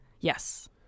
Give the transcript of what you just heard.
Yes